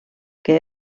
que